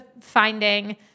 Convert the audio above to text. finding